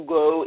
go